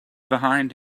behind